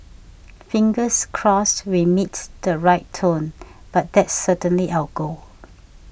fingers crossed we meet the right tone but that's certainly our goal